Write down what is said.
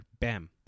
Bam